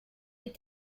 est